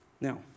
Now